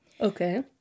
Okay